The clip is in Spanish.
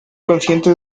consciente